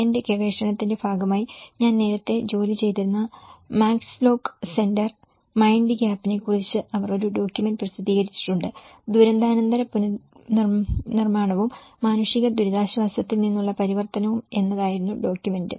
എന്റെ ഗവേഷണത്തിന്റെ ഭാഗമായി ഞാൻ നേരത്തെ ജോലി ചെയ്തിരുന്ന മാക്സ് ലോക്ക് സെന്റർ മൈൻഡ് ഗ്യാപ്പിനെക്കുറിച്ച് അവർ ഒരു ഡോക്യുമെന്റ് പ്രസിദ്ധീകരിച്ചിട്ടുണ്ട് ദുരന്താനന്തര പുനർനിർമ്മാണവും മാനുഷിക ദുരിതാശ്വാസത്തിൽ നിന്നുള്ള പരിവർത്തനവും എന്നതായിരുന്നു ഡോക്യുമെന്റ്